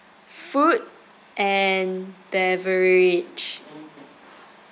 food and beverage